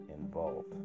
involved